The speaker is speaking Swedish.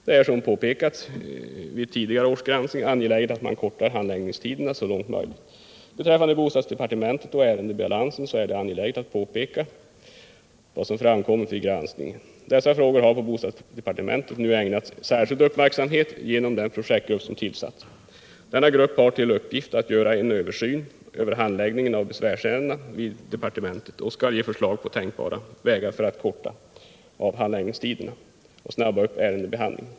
Det är, som påpekats vid tidigare års granskning, angeläget att förkorta handläggningstiderna så mycket som möjligt. Beträffande bostadsdepartementet och dess ärendebalans är det angeläget att påpeka vad som framkommit vid granskningen. Frågorna har i bostadsdepartementet ägnats särskild uppmärksamhet av den projektgrupp som tillsatts. Denna grupp har emellertid till uppgift att göra en översyn av handläggningen av besvärsärendena vid departementet och att ge förslag på tänkbara vägar för att avkorta handläggningstiderna och påskynda ärendebehandlingen.